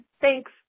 thanks